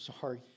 sorry